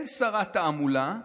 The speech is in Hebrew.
אין שרת תעמולה,